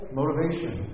motivation